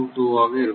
22 ஆக இருக்கும்